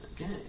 Okay